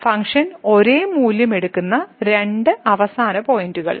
function ഒരേ മൂല്യമെടുക്കുന്ന രണ്ട് അവസാന പോയിന്റുകൾ